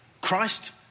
Christ